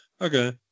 Okay